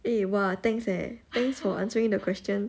eh !wah! thanks eh thanks for answering the question